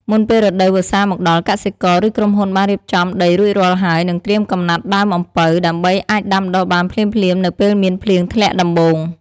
មុនពេលរដូវវស្សាមកដល់ កសិករ ឬក្រុមហ៊ុនបានរៀបចំដីរួចរាល់ហើយ និងត្រៀមកំណាត់ដើមអំពៅ ដើម្បីអាចដាំដុះបានភ្លាមៗនៅពេលមានភ្លៀងធ្លាក់ដំបូង។